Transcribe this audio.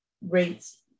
rates